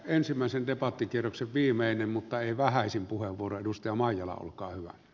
ensimmäisen debattikierroksen viimeinen mutta ei vähäisin puheenvuoro edustaja maijala olkaa hyvä